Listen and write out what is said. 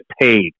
paid